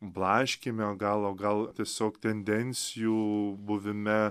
blaškyme gal o gal tiesiog tendencijų buvime